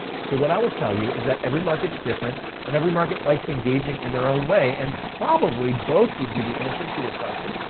so what i will tell you is that every market's different and every market likes engaging in their own way. and probably both would be the answer to your question.